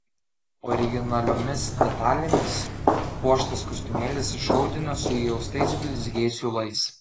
originaliomis detalėmis puoštas kostiumėlis iš audinio su įaustais blizgiais siūlais